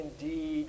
indeed